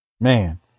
man